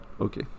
okay